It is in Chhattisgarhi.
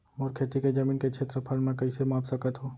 मोर खेती के जमीन के क्षेत्रफल मैं कइसे माप सकत हो?